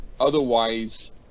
Otherwise